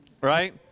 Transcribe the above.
right